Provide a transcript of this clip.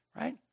right